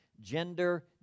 gender